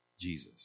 Jesus